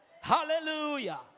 Hallelujah